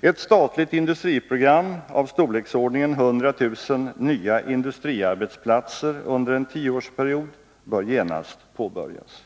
Ett statligt industriprogram av storleksordningen 100 000 nya industriarbetsplatser under en tioårsperiod bör genast påbörjas.